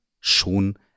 schon